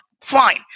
fine